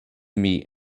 meat